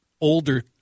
older